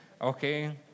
Okay